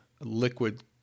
liquid